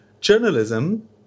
journalism